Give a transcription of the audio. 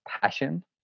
passion